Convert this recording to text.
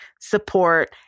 support